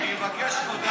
למה לא ועדת המדע?